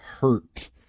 hurt